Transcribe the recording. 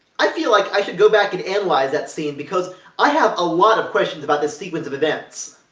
i feel like i should go back and analyze that scene, because i have a lot of questions about this sequence of events.